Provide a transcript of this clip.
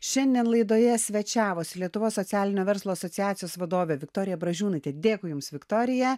šiandien laidoje svečiavosi lietuvos socialinio verslo asociacijos vadovė viktorija bražiūnaitė dėkui jums viktorija